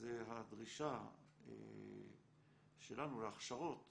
זו הדרישה שלנו להכשרות